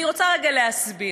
אני רוצה רגע להסביר.